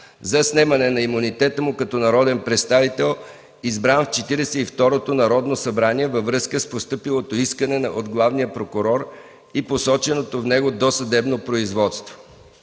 за снемане на имунитета му като народен представител, избран в Четиридесет и второто Народно събрание във връзка с постъпилото искане от главния прокурор и посоченото в него досъдебно производство.